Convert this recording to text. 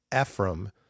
Ephraim